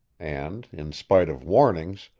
and, in spite of warnings,